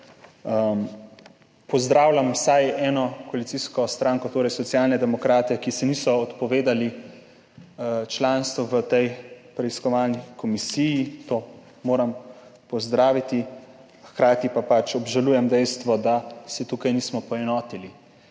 Pozdravljam vsaj eno koalicijsko stranko, torej Socialne demokrate, ki se niso odpovedali članstvu v tej preiskovalni komisiji, to moram pozdraviti, hkrati pa pač obžalujem dejstvo, da se tukaj nismo poenotili.